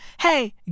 Hey